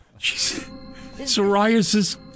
Psoriasis